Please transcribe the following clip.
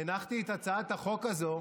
הנחתי את הצעת החוק הזו